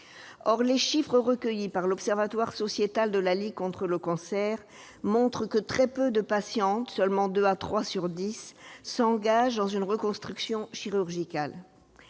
Or les chiffres recueillis par l'Observatoire sociétal des cancers de la Ligue contre le cancer montrent que très peu de patientes- seulement deux ou trois sur dix -s'engagent dans une reconstruction chirurgicale.